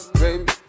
baby